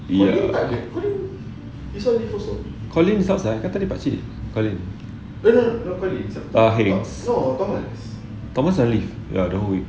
ya colin is outside kan tadi pakcik called him ah heng thomas on leave the whole week